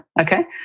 Okay